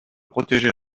protéger